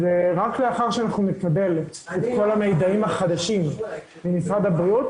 רק לאחר שאנחנו נקבל את כל המידעים החדשים ממשרד הבריאות,